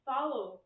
Follow